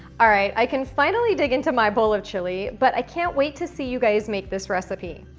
all right, i can finally dig into my bowl of chili, but i can't wait to see you guys make this recipe.